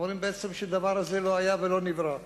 אומרים שהדבר הזה לא היה ולא נברא.